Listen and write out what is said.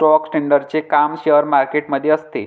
stock ट्रेडरचे काम share market मध्ये असते